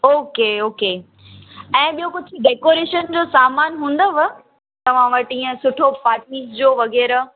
okay okay ऐं ॿियो कुझु डेकोरेशन जो सामान हूंदव तव्हां वटि ईंअ सुठो पार्टी जो वगै़रह